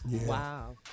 Wow